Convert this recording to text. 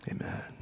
amen